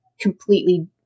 completely